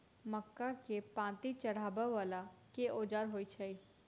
मक्का केँ पांति चढ़ाबा वला केँ औजार होइ छैय?